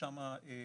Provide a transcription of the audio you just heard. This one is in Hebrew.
למנהל המכון שעסוק